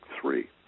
three